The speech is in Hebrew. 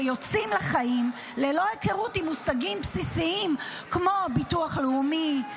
ויוצאים לחיים ללא היכרות עם מושגים בסיסיים כמו ביטוח לאומי,